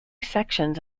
sections